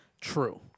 True